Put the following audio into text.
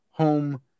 Home